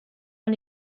man